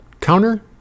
counter